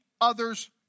other's